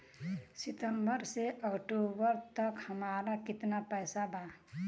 सितंबर से अक्टूबर तक हमार कितना पैसा बा?